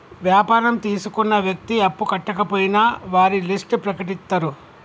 వ్యాపారం తీసుకున్న వ్యక్తి అప్పు కట్టకపోయినా వారి లిస్ట్ ప్రకటిత్తరు